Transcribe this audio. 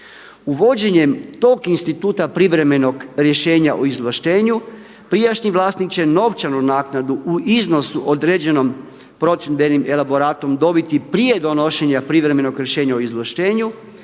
Uvođenjem tog instituta privremenog rješenja o izvlaštenju prijašnji vlasnik će novčanu naknadu u iznosu određenom procjendbenim elaboratom dobiti prije donošenja privremenog rješenja o izvlaštenju